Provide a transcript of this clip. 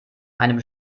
einem